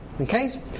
okay